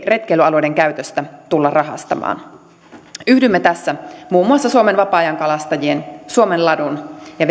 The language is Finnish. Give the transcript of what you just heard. retkeilyalueiden käytöstä tulla rahastamaan yhdymme tässä muun muassa suomen vapaa ajan kalastajien suomen ladun ja